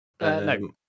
No